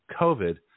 COVID